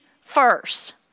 first